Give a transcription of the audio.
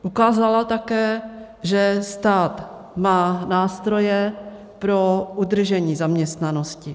Ukázala také, že stát má nástroje pro udržení zaměstnanosti.